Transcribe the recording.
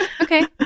Okay